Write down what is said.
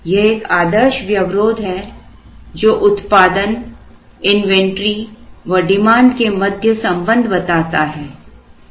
यह एक आदर्श व्यवरोध है जो उत्पादन इन्वेंटरी व डिमांड के मध्य संबंध बताता है